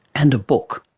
and a book.